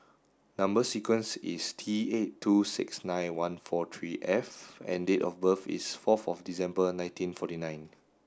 number sequence is T eight two six nine one four three F and date of birth is fourth of December nineteen forty nine